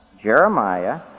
Jeremiah